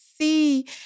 see